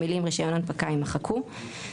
המילים "רישיון הנפקה" יימחקו,